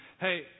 hey